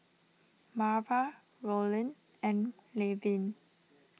Marva Rollin and Levin